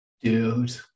dude